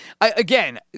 again